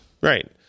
Right